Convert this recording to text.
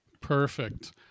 Perfect